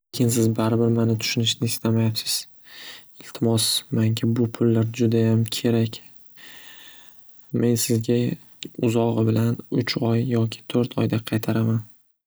Lekin siz barbir mani tushunishni istamayapsiz iltimos bu pullar manga judayam kerak men sizga uzog'i bilan uch yoki to'rt oyda qaytaraman.